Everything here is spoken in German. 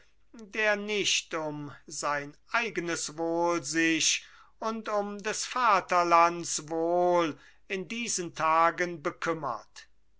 der nicht um sein eigenes wohl sich und um des vaterlands wohl in diesen tagen bekümmert